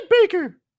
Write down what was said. baker